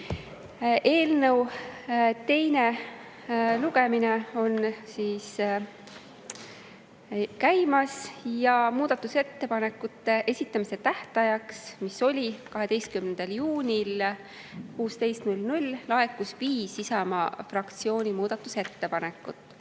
Eelnõu teine lugemine on käimas. Muudatusettepanekute esitamise tähtajaks, mis oli 12. juuni kell 16, laekus viis Isamaa fraktsiooni muudatusettepanekut.